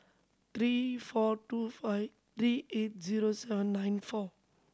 three four two five three eight zero seven nine four